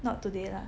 not today lah